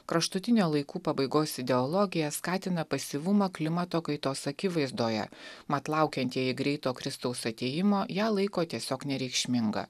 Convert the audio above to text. kraštutinė laikų pabaigos ideologija skatina pasyvumą klimato kaitos akivaizdoje mat laukiantieji greito kristaus atėjimo ją laiko tiesiog nereikšminga